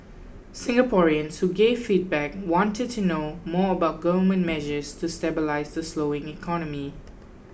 Singaporeans who gave feedback wanted to know more about government measures to stabilise the slowing economy